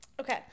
Okay